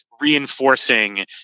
reinforcing